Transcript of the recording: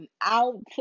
Out